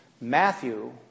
Matthew